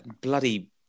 bloody